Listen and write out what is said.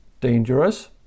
Dangerous